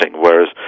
whereas